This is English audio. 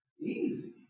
easy